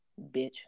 bitch